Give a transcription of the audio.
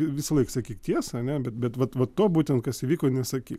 visąlaik sakyk tiesą ane bet bet vat vat to būtent kas įvyko nesakyk